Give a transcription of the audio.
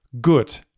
Good